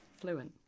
Fluent